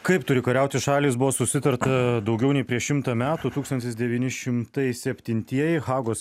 kaip turi kariauti šalys buvo susitarta daugiau nei prieš šimtą metų tūkstantis devyni šimtai septintieji hagos